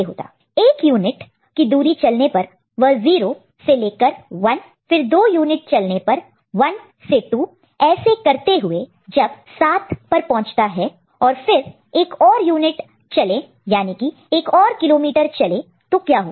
एक यूनिट की दूरी डिस्टेंस distance चलने पर वह 0 से लेकर 1 फिर दो यूनिट चलने पर 1 से 2 ऐसे करते हुए जब 7 पर पहुंचता है और फिर एक और यूनिट चले याने की एक और किलोमीटर चले तो क्या होगा